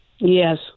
Yes